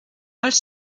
als